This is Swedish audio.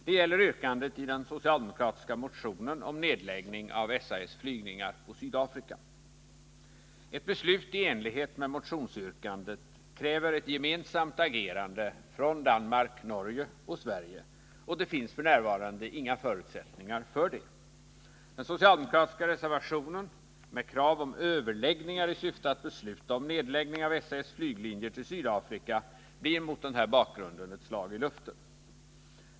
Det gäller yrkandet i den socialdemokratiska motionen om nedläggning av SAS flygningar på Sydafrika. Ett beslut i enlighet med motionsyrkandet kräver ett gemensamt agerande från Danmark, Norge och Sverige, och det finns f.n. inga förutsättningar för det. Den socialdemokratiska reservationen med krav på överläggningar i syfte att åstadkomma beslut om nedläggning av SAS flyglinje till Sydafrika blir ju mot den här bakgrunden ett slag i luften.